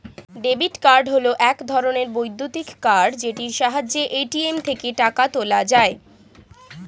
debit card হল এক ধরণের বৈদ্যুতিক কার্ড যেটির সাহায্যে এ.টি.এম থেকে টাকা তোলা যায়